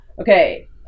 Okay